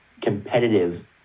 competitive